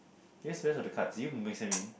eh where's rest of the cards did you mix them it